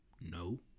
No